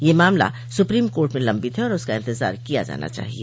यह मामला supreme court में लम्बित है और उसका इंतजार किया जाना चाहिए